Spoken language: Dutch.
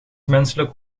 menselijk